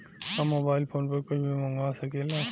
हम mobile phone पर कुछ भी मंगवा सकिला?